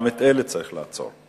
גם את אלה צריך לעצור.